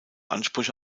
ansprüche